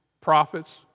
prophets